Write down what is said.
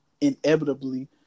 inevitably